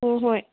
ꯍꯣꯏ ꯍꯣꯏ